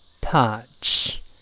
touch